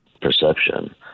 perception